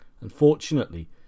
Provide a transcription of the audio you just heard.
Unfortunately